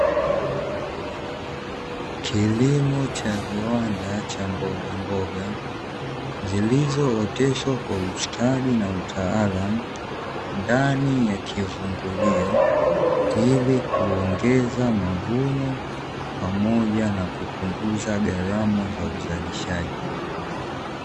Kilimo cha viwanda cha mbogamboga zilizooteshwa kwa ustadi na utaalamu ndani ya kiuvungulio ili kuongeza mavuno pamoja na kupunguza gharama ya uzalishaji.